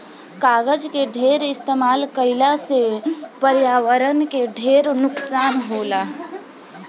कागज के ढेर इस्तमाल कईला से पर्यावरण के ढेर नुकसान होला